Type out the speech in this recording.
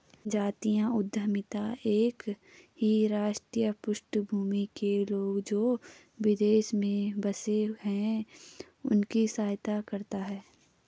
जातीय उद्यमिता एक ही राष्ट्रीय पृष्ठभूमि के लोग, जो विदेश में बसे हैं उनकी सहायता करता है